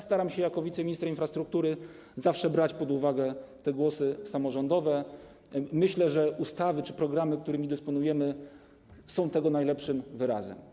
Staram się jako wiceminister infrastruktury zawsze brać pod uwagę głosy samorządowe, myślę, że ustawy czy programy, którymi dysponujemy, są tego najlepszym wyrazem.